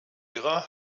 ihrer